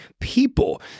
people